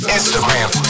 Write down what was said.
Instagram